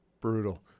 Brutal